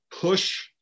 push